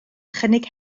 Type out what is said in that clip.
chynnig